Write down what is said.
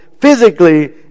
physically